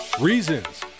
Reasons